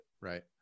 right